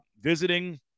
visiting